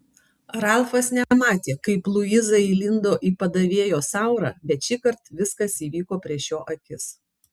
ralfas nematė kaip luiza įlindo į padavėjos aurą bet šįkart viskas įvyko prieš jo akis